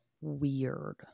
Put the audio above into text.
weird